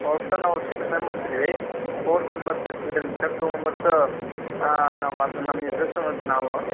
ಒಟ್ಟು ನಾವು six members ಇದ್ವಿ four members childrens sir two members ನಾವು ಅದು ನಮ್ಮ ಮಿಸ್ಸಸ್ಸು ಮತ್ತು ನಾವು